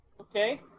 Okay